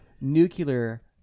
nuclear